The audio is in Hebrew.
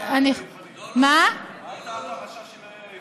מה הייתה הפרשה של האי היווני?